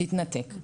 התנתק.